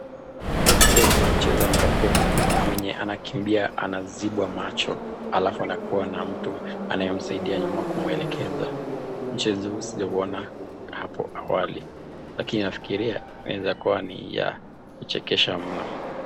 Kumbe kuna mchezo amabapo mwenye anakimbia anazibwa macho alafu anakua na mtu anayemsaidia nyuma kumuelekeza. Mchezo huu sijauona hapo awali. Lakini nafikiria inaeza kua ni ya kuchekesha mno.